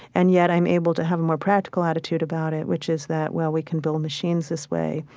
and yet i'm able to have a more practical attitude about it, which is that, well, we can build machines this way.